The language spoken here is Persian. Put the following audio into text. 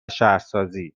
شهرسازی